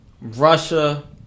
Russia